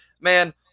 man